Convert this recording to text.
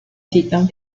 citan